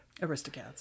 Aristocats